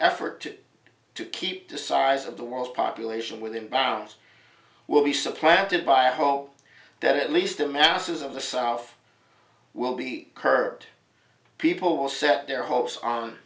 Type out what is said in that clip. effort to keep the size of the world population within bounds will be supplanted by a hope that at least the masses of the south will be curbed people will set their hopes on